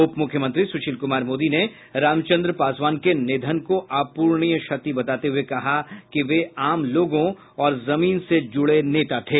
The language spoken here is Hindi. उपमुख्यमंत्री सुशील कुमार मोदी ने रामचंद्र पासवान के निधन को अपूरणीय क्षति बताते हुए कहा कि वे आम लोगों और जमीन से जुड़े नेता थे